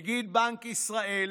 נגיד בנק ישראל